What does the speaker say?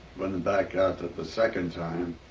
went and back out the second time,